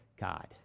God